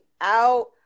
out